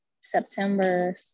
September